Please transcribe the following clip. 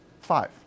five